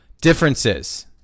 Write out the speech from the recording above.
Differences